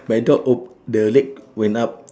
my dog op~ the leg went up